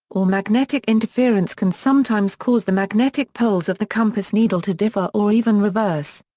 or magnetic interference can sometimes cause the magnetic poles of the compass needle to differ or even reverse.